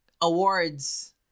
awards